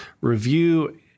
review